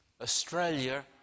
Australia